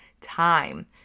time